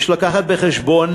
יש להביא בחשבון